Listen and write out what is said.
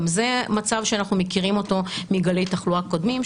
גם זה מצב שאנחנו מכירים אותו מגלי תחלואה קודמים,